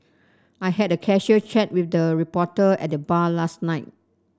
I had a casual chat with the reporter at the bar last night